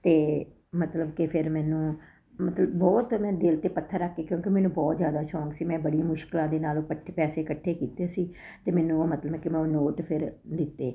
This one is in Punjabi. ਅਤੇ ਮਤਲਬ ਕਿ ਫਿਰ ਮੈਨੂੰ ਮਤਲਬ ਬਹੁਤ ਮੈਂ ਦਿਲ 'ਚ ਪੱਥਰ ਰੱਖ ਕੇ ਕਿਉਂਕਿ ਮੈਨੂੰ ਬਹੁਤ ਜ਼ਿਆਦਾ ਸ਼ੌਂਕ ਸੀ ਮੈਂ ਬੜੀ ਮੁਸ਼ਕਿਲਾਂ ਦੇ ਨਾਲ ਉਹ ਇਕੱਠੇ ਪੈਸੇ ਇਕੱਠੇ ਕੀਤੇ ਸੀ ਅਤੇ ਮੈਨੂੰ ਉਹ ਮਤਲਬ ਕਿ ਮੈਂ ਉਹ ਨੋਟ ਫਿਰ ਦਿੱਤੇ